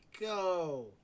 go